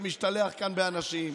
שמשתלח כאן באנשים,